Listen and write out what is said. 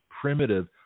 primitive